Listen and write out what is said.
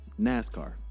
NASCAR